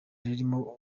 ririmo